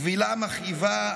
כבילה מכאיבה,